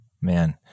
Man